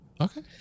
Okay